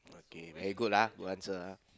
okay very good lah good answer ah